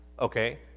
Okay